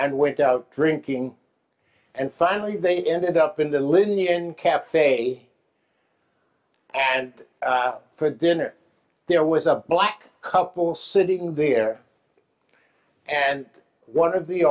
and went out drinking and finally they ended up in the loony and cafe and for dinner there was a black couple sitting there and one of the